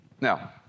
Now